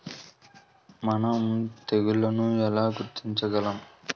మనం తెగుళ్లను ఎలా గుర్తించగలం?